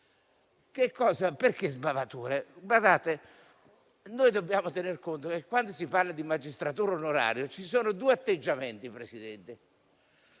di sbavature? Dobbiamo tener conto che, quando si parla di magistratura onoraria, ci sono due atteggiamenti, che sono